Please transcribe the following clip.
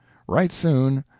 write soon.